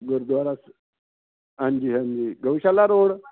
ਗੁਰਦੁਆਰਾ ਹਾਂਜੀ ਹਾਂਜੀ ਗਊਸ਼ਾਲਾ ਰੋਡ